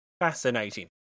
fascinating